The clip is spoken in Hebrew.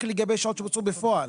רק לגבי שעות שבוצעו בפועל,